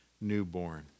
newborn